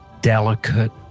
delicate